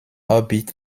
orbit